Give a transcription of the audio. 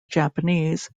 japanese